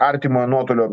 artimojo nuotolio